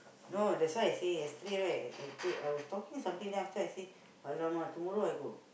no that's why I say yesterday right I t~ I was talking something then after I say !alamak! tomorrow I got